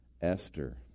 Esther